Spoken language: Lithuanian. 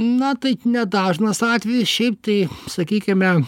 na taip nedažnas atvejis šiaip tai sakykime